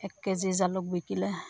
এক কেজি জালুক বিকিলে